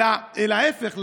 אלא להפך,